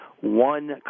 one